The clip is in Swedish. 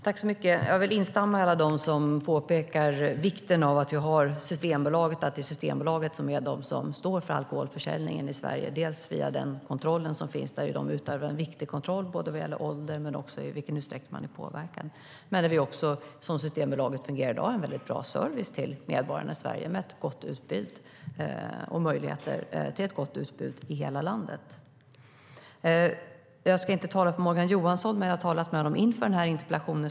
Herr talman! Jag instämmer med alla som påpekat vikten av att vi har Systembolaget och att det är Systembolaget som står för alkoholförsäljningen i Sverige. De utövar en viktig kontroll både när det gäller ålder och i vilken utsträckning man är påverkad. Som det fungerar i dag ger Systembolaget dessutom en bra service till medborgarna i Sverige, med möjlighet till ett gott utbud i hela landet. Jag ska inte tala för Morgan Johansson, men jag har talat med honom inför denna interpellation.